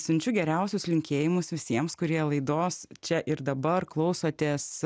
siunčiu geriausius linkėjimus visiems kurie laidos čia ir dabar klausotės